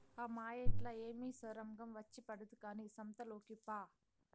ఆ మాయేట్లా ఏమి సొరంగం వచ్చి పడదు కానీ సంతలోకి పా